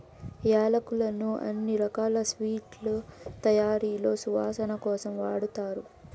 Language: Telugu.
యాలక్కులను అన్ని రకాల స్వీట్ల తయారీలో సువాసన కోసం వాడతారు